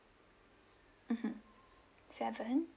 mmhmm seven